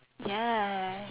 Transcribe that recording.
ya